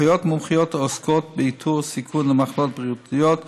אחיות מומחיות עוסקות באיתור סיכון למחלות בריאותיות,